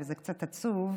וזה קצת עצוב,